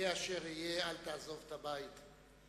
יהיה אשר יהיה, אל תעזוב את הבית.